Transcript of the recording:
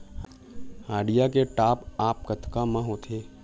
Idea के top आप कतका म होथे?